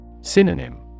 Synonym